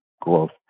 growth